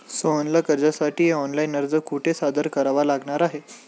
सोहनला कर्जासाठी ऑनलाइन अर्ज कुठे सादर करावा लागणार आहे?